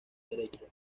derecho